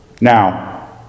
Now